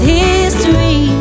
history